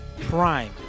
prime